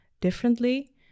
differently